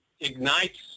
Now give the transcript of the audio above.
ignites